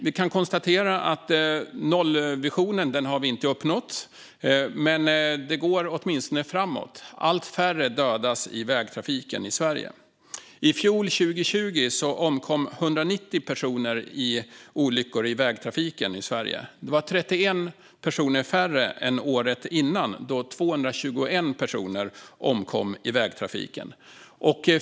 Vi kan konstatera att vi inte har uppnått målet med nollvisionen, men det går åtminstone framåt. Allt färre dödas i vägtrafiken i Sverige. I fjol, 2020, omkom 190 personer i olyckor i vägtrafiken i Sverige. Det var 31 personer färre än året före, då 221 personer omkom i vägtrafiken.